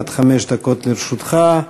עד חמש דקות לרשותך.